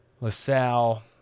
LaSalle